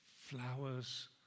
flowers